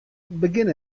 begjin